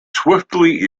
swiftly